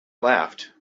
laughed